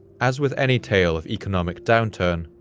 as with any tale of economic downturn,